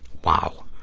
wow.